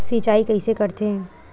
सिंचाई कइसे करथे?